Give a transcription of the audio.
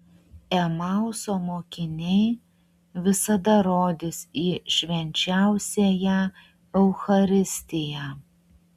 emauso mokiniai visada rodys į švenčiausiąją eucharistiją